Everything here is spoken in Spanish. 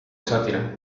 sátira